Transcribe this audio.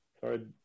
Sorry